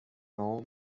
bau